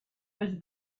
was